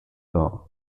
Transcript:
law